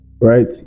right